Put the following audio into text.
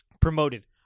promoted